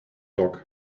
dog